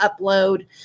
upload